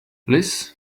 liz